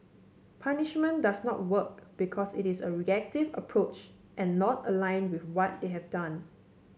punishment does not work because it is a reactive approach and not aligned with what they have done